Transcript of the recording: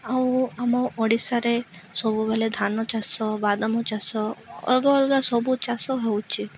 ଆଉ ଆମ ଓଡ଼ିଶାରେ ସବୁବେଳେ ଧାନ ଚାଷ ବାଦାମ ଚାଷ ଅଲଗା ଅଲଗା ସବୁ ଚାଷ ହଉଛି